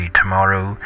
tomorrow